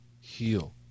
heal